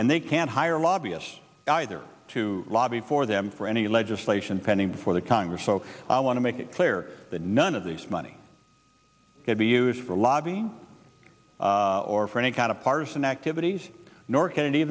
and they can't hire lobbyists either to lobby for them for any legislation pending before the congress so i want to make it clear that none of these money could be used for lobby or for any kind of partisan activities nor